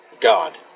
God